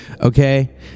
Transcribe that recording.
Okay